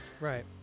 right